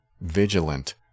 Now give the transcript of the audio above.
vigilant